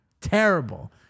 Terrible